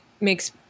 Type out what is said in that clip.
makes